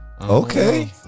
Okay